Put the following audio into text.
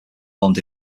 formed